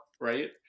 right